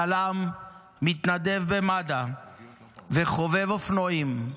צלם, מתנדב במד"א וחובב אופנועים.